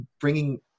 bringing